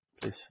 please